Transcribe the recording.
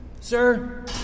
Sir